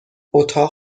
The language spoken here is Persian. اتاق